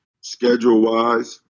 Schedule-wise